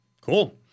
Cool